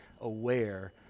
aware